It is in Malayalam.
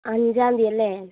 അഞ്ചാം തീയതി അല്ലേ